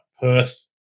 Perth